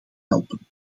helpen